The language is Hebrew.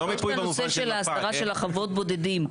רק שאלה, בנושא הסדרת חוות הבודדים.